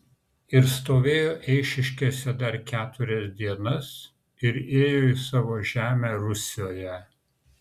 ir stovėjo eišiškėse dar keturias dienas ir ėjo į savo žemę rusioje